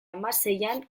hamaseian